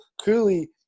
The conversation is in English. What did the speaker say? clearly